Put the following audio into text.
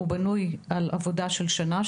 הוא בנוי על עבודה של שנה,